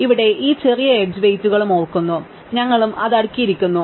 അതിനാൽ ഇവിടെ ഈ ചെറിയ എഡ്ജ് വെയിറ്റുകളും ഓർക്കുന്നു ഞങ്ങളും അത് അടുക്കിയിരിക്കുന്നു